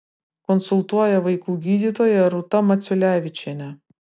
konsultuoja vaikų gydytoja rūta maciulevičienė